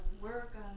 work